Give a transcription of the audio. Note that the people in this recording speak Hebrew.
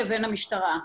לבין המשטרה.